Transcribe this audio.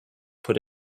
put